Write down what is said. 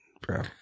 bro